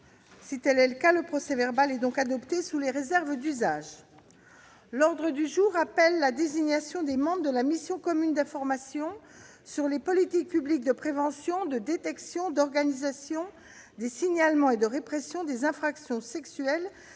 d'observation ?... Le procès-verbal est adopté sous les réserves d'usage. L'ordre du jour appelle la désignation des membres de la mission commune d'information sur les politiques publiques de prévention, de détection, d'organisation des signalements et de répression des infractions sexuelles